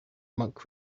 monk